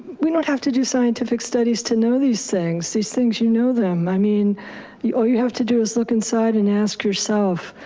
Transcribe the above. we don't have to do scientific studies to know these things, these things you know them. i mean, all you have to do is look inside and ask yourself.